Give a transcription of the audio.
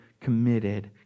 committed